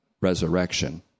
resurrection